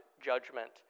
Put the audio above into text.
judgment